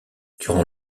durant